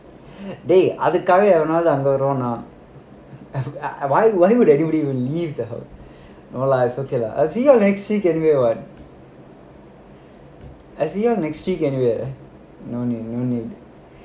dey அதுக்காக எவனாது அங்க வருவானா:adhukaaga evanaathu anga varuvaanaa why why would anybody lives at home no lah is okay lah I will see you on exchange anyway [what] no need no need